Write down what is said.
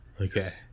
Okay